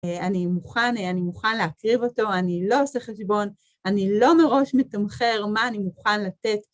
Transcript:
אני מוכן להקריב אותו, אני לא עושה חשבון, אני לא מראש מתמחר, מה אני מוכן לתת.